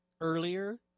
earlier